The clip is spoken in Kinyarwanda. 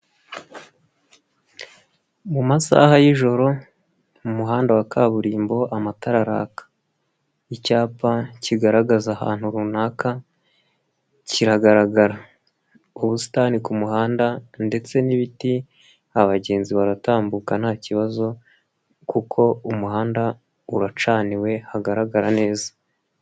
Mu masaha y'ijoro mumuhanda wa kaburimbo amatara araka icyapa kigaragaza ahantu runaka kiragaragara, ubusitani kumuhanda ndetse n'ibiti abagenzi baratambuka nta kibazo kuko umuhanda uracaniwe hagaragara neza.